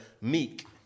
meek